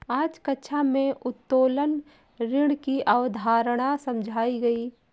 आज कक्षा में उत्तोलन ऋण की अवधारणा समझाई गई